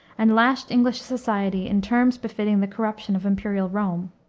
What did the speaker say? and lashed english society in terms befitting the corruption of imperial rome.